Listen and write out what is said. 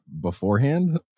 beforehand